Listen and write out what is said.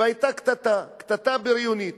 והיתה קטטה בריונית.